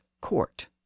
court